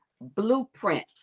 blueprint